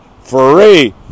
free